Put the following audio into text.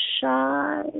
shy